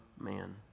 man